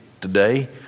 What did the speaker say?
today